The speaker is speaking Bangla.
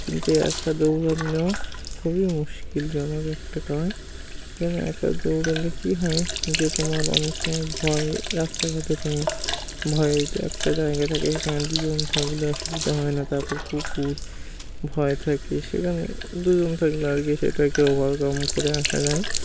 কিন্তু একা দৌড়ানো খুবই মুশকিলজনক একটা কাজ সেখানে একা দৌড়ালে কী হয় যে তোমার অনেক সময় ভয় রাস্তাঘাটে তুমি ভয়ের একটা জায়গা থাকে সেখানে দুজন থাকলে অসুবিধা হয় না তারপর কুকুর ভয় থাকে সেখানে দুজন থাকলে আর কি সেটাকে ওভারকাম করে আসা যায়